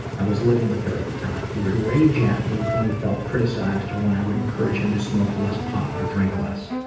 i was living with her at the time. he would rage at me when he felt criticized or i would encourage him to smoke less pot or drink less.